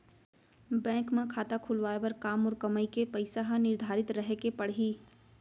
Bank म खाता खुलवाये बर का मोर कमाई के पइसा ह निर्धारित रहे के पड़ही?